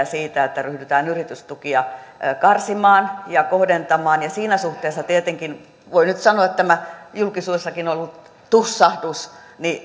siitä että ryhdytään yritystukia karsimaan ja kohdentamaan siinä suhteessa tietenkin voi nyt sanoa että tämä julkisuudessakin ollut tussahdus